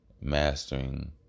mastering